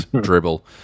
dribble